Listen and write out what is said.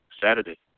Saturday